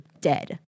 dead